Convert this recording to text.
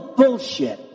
bullshit